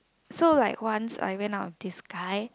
so like once I went out with this guy